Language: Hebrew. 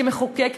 כמחוקק,